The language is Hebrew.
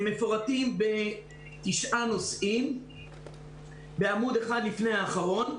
הם מפורטים בתשעה נושאים בעמוד אחד לפני האחרון.